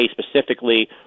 specifically